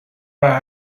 waar